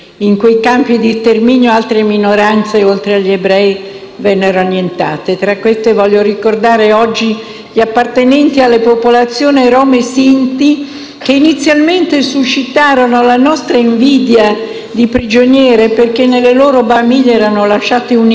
In quei campi di sterminio altre minoranze, oltre agli ebrei, vennero annientate. Tra queste voglio ricordare oggi gli appartenenti alle popolazioni rom e sinti, che inizialmente suscitarono la nostra invidia di prigioniere perché nelle loro baracche le famiglie erano lasciate unite;